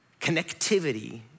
Connectivity